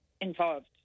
involved